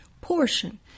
portion